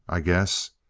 i guess.